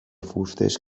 fustes